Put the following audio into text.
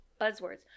Buzzwords